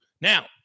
Now